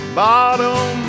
bottom